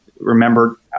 remember